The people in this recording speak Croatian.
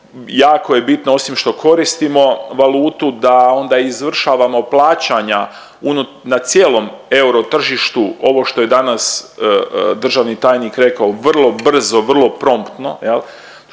jako je bitno osim što koristimo valutu da onda izvršavamo plaćanja na cijelom eurotržištu. Ovo što je danas državni tajnik rekao vrlo brzo, vrlo promptno